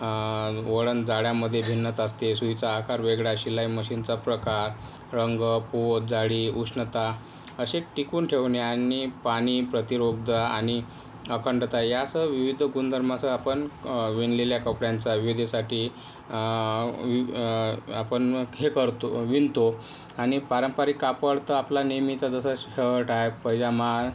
वळण जाळ्यामध्ये भिन्नता असते सुईचा आकार वेगळा शिलाईमशीनचा प्रकार रंग पोत जाळी उष्णता असे टिकून ठेवणे आणि पाणी प्रतिरोगता आणि अखंडता या असं विविध गुणधर्म असं आपण विणलेल्या कपड्यांचा विधीसाठी आपण मग हे करतो विणतो आणि पारंपरिक कापड तर आपला नेहमीचा जसा शर्ट आहे पायजमा